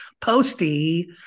Posty